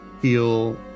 feel